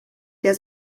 der